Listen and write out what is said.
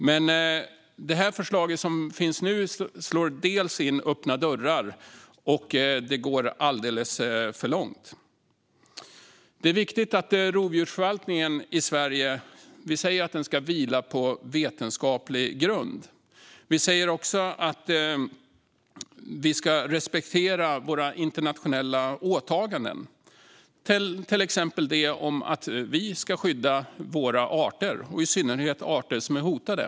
Men det förslag som finns nu slår delvis in öppna dörrar och går alldeles för långt. Vi säger att rovdjursförvaltningen i Sverige ska vila på vetenskaplig grund. Det är viktigt. Vi säger också att vi ska respektera våra internationella åtaganden, till exempel det om att vi ska skydda våra arter och i synnerhet arter som är hotade.